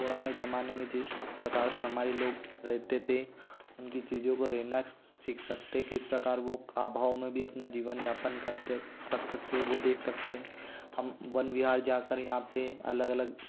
पुराने ज़माने में जिस प्रकार से हमारे लोग रहते थे उनकी चीज़ों को रेनेक्स सीख सकते किस प्रकार वो आभाव में भी अपना जीवनयापन करते सकते थे वो देख सकते है हम वन विहार जा कर यहाँ पर अलग अलग